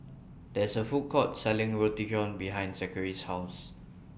There's A Food Court Selling Roti John behind Zachery's House